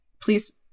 Please